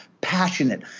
passionate